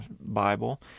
Bible